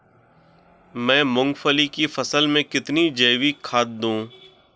मैं मूंगफली की फसल में कितनी जैविक खाद दूं?